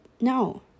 no